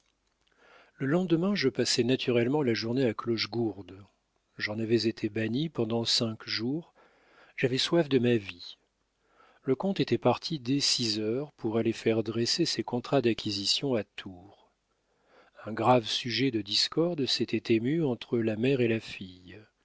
le lendemain je passai naturellement la journée à clochegourde j'en avais été banni pendant cinq jours j'avais soif de ma vie le comte était parti dès six heures pour aller faire dresser ses contrats d'acquisition à tours un grave sujet de discorde s'était ému entre la mère et la fille